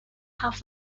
have